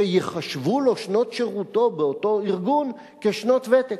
שייחשבו לו שנות שירותו באותו ארגון כשנות ותק.